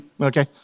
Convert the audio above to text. Okay